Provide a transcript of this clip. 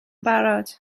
barod